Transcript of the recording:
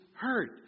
hurt